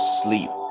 sleep